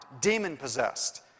demon-possessed